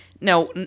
Now